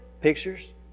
pictures